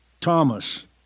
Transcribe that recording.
Thomas